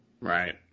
Right